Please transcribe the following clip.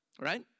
right